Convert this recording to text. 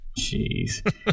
Jeez